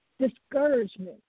Discouragement